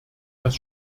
das